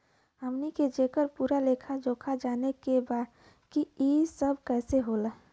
हमनी के जेकर पूरा लेखा जोखा जाने के बा की ई सब कैसे होला?